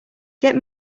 get